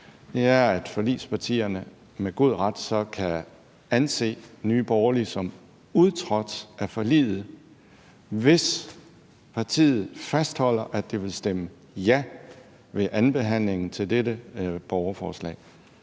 at forligspartierne med god ret så kan anse Nye Borgerlige som udtrådt af forliget, altså hvis partiet fastholder, at man vil stemme ja ved andenbehandlingen af dette borgerforslag.